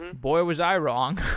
boy, was i wrong